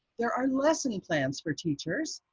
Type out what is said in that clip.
there are lesson plans for teachers,